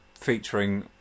featuring